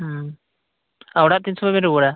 ᱦᱩᱸ ᱟᱨ ᱚᱲᱟᱜ ᱛᱤᱱ ᱥᱚᱢᱚᱭ ᱵᱮᱱ ᱨᱩᱣᱟᱹᱲᱟ